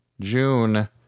June